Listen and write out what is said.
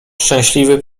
szczęśliwy